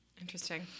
interesting